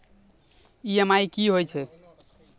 EMI कि होय छै?